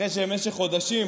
שאחרי שבמשך חודשים